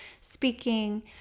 speaking